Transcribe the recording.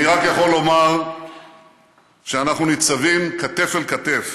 אני רק יכול לומר שאנחנו ניצבים כתף אל כתף